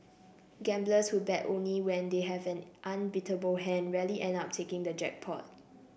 gamblers who bet only when they have an unbeatable hand rarely end up taking the jackpot